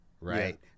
right